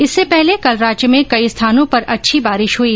इससे पहले कल राज्य में कई स्थानों पर अच्छी बारिश हई